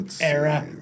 Era